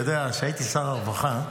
אתה יודע, כשהייתי שר הרווחה,